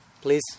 Please